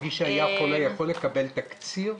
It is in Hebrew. מי שהיה חולה יכול לקבל תקציר?